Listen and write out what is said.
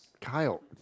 Kyle